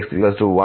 xnn